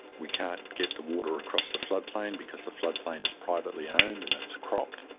we can't get the water across the floodplain because the floodplain is privately owned and it's cropped,